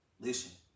listen